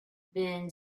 been